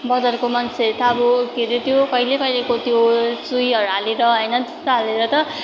बजारको मान्छेहरू त अब के अरे त्यो कहिले कहिलेको त्यो सुईहरू हालेर होइन त्यस्तो हालेर त